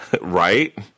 right